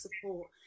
support